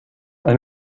and